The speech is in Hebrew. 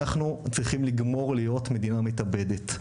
אנחנו צריכים לגמור להיות מדינה מתאבדת,